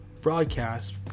broadcast